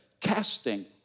Casting